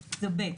רבה.